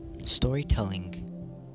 storytelling